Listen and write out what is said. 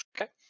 Okay